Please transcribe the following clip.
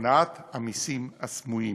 הונאת המסים הסמויים.